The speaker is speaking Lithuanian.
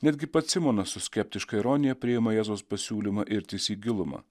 netgi pats simonas su skeptiška ironija priima jėzaus pasiūlymą irtis į gilumą